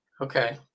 Okay